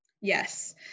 Yes